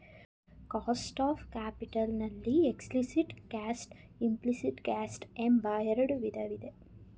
cost of capital ನಲ್ಲಿ explicit cost, implicit cost ಎಂಬ ಎರಡು ವಿಧ ಇದೆ